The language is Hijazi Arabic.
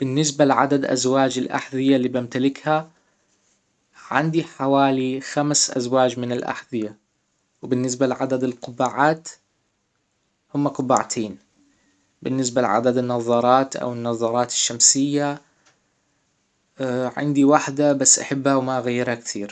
بالنسبة لعدد ازواج الاحذية اللي بمتلكها عندي حوالي خمس ازواج من الاحذية وبالنسبة لعدد القبعات هم قباعتين بالنسبة لعدد النظارات او النظارات الشمسية عندي وحدة بس احب ما اغيرها كتير